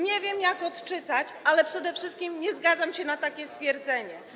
Nie wiem, jak to odczytać, ale przede wszystkim nie zgadzam się na takie stwierdzenie.